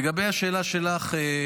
לגבי השאלה שלך,